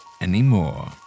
anymore